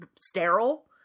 sterile